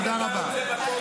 תודה רבה.